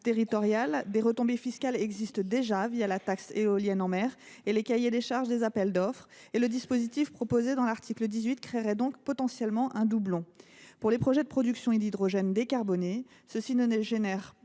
des retombées fiscales existent déjà, la taxe sur les éoliennes maritimes et les cahiers des charges des appels d’offres. Le dispositif proposé à cet article créerait donc potentiellement un doublon. Quant aux projets de production d’hydrogène décarboné, ils ne génèrent pas